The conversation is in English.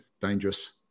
dangerous